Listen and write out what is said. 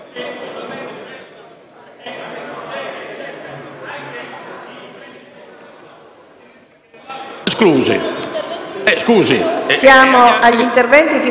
Siamo agli interventi di